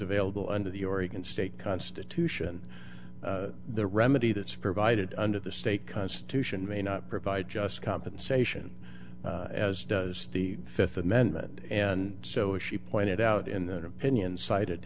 available under the oregon state constitution the remedy that's provided under the state constitution may not provide just compensation as does the fifth amendment and so she pointed out in that opinion cited